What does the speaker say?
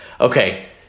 Okay